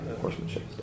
horsemanship